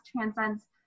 transcends